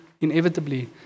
inevitably